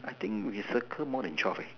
I think we circle more than twelve eh